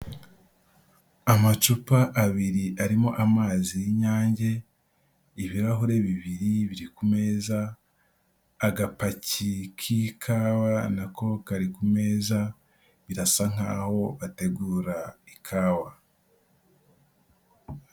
Amacupa abiri arimo amazi y'Inyange, ibirahure bibiri biri ku meza, agapaki k'ikawa na ko kari ku meza, birasa nk'aho bategura ikawa.